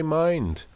mind